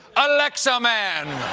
alexa-man!